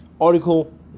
Article